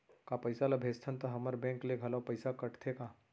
का पइसा ला भेजथन त हमर बैंक ले घलो पइसा कटथे का?